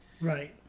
Right